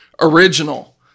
original